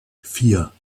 vier